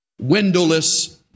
windowless